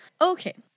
okay